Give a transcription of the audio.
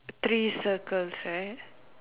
three circles right